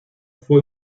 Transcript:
fue